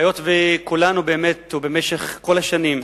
היות שכולנו, במשך כל השנים,